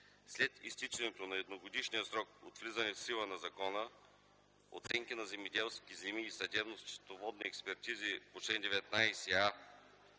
След изтичането на едногодишния срок от влизането в сила на закона оценки на земеделски земи и съдебно-счетоводни експертизи по чл.